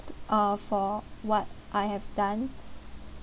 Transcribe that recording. uh for what I have done